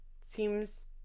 seems